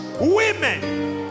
women